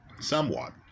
somewhat